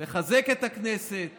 לחזק את הכנסת